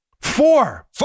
Four